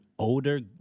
Older